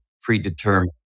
predetermined